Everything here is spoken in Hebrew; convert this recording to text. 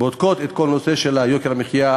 בודקות כל נושא של יוקר המחיה,